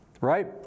Right